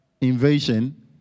invasion